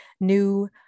new